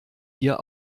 hier